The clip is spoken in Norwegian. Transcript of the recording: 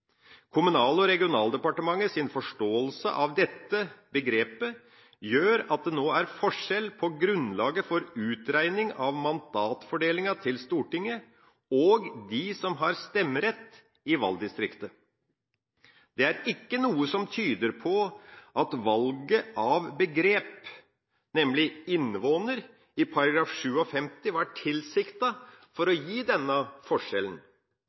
Kommunal- og regionaldepartementets forståelse av dette begrepet gjør at det nå er forskjell på grunnlaget for utregning av mandatfordelinga til Stortinget, og de som har stemmerett i valgdistriktet. Det er ikke noe som tyder på at valget av begrep, nemlig «Indvaaner», i § 57, var tilsiktet for å gi denne forskjellen.